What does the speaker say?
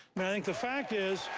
think the fact is